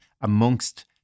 amongst